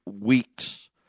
weeks